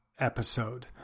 episode